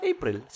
April